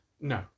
No